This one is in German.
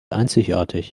einzigartig